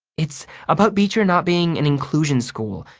it's about beecher not being an inclusion school.